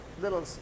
little